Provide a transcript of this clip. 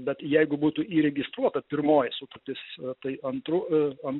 bet jeigu būtų įregistruota pirmoji sutartis tai antru